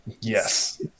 Yes